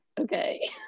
okay